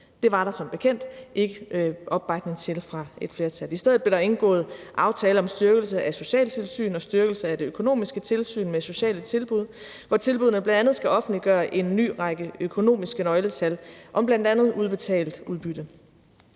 Det var der som bekendt ikke opbakning til fra et flertal. I stedet blev der indgået aftale om styrkelse af socialtilsynet og styrkelse af det økonomiske tilsyn med sociale tilbud, hvor tilbuddene bl.a. skal offentliggøre en ny række økonomiske nøgletal om bl.a. udbetalt udbytte.